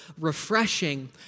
refreshing